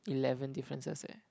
eleven differences eh